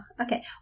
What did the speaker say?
Okay